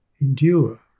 endure